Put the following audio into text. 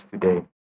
today